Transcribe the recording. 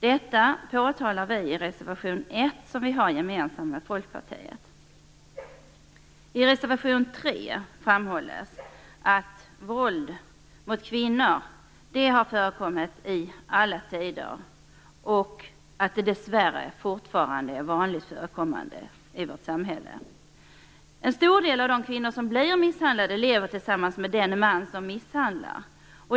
Detta påtalar vi i reservation 1, som vi har gemensam med I reservation 3 framhålls att våld mot kvinnor har förekommit i alla tider och att det dessvärre fortfarande är vanligt förekommande i vårt samhälle. En stor del av de kvinnor som blir misshandlade lever tillsammans med den man som misshandlar.